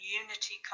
unity